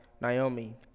Naomi